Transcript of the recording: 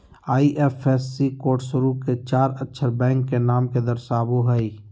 IFSC code शुरू के चार अक्षर बैंक के नाम के दर्शावो हइ